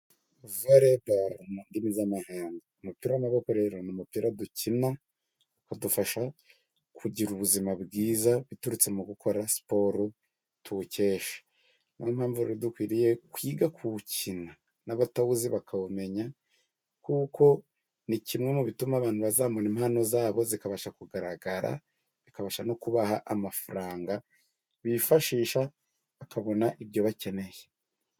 Voreboro mu ndimi z'amahanga. Umupira w'amaboko rero ni umupira dukina udufasha kugira ubuzima bwiza biturutse mu gukora siporo tuwukesha. Niyo mpamvu rero dukwiriye kwiga kuwukina n'abatawuzi bakawumenya, kuko ni kimwe mu bituma abantu bazamura impano zabo zikabasha kugaragara, bikabasha no kubaha amafaranga, bifashisha bakabona ibyo bakeneye.